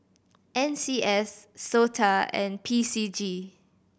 N C S SOTA and P C G